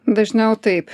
dažniau taip